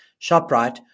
ShopRite